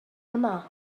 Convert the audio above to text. yma